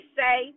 say